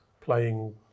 playing